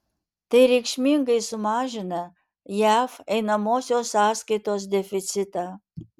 tai reikšmingai sumažina jav einamosios sąskaitos deficitą